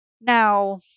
Now